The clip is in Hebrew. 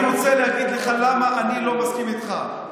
אני רוצה להגיד לך למה אני לא מסכים איתך.